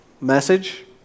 message